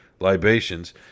libations